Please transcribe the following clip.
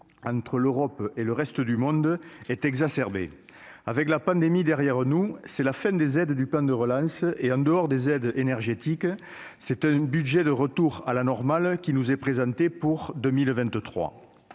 entre l'Europe et le reste du monde est exacerbée avec la pandémie derrière nous, c'est la fin des aides du plan de relance et en dehors des aides énergétiques, c'est un budget de retour à la normale qui nous est présenté pour 2023,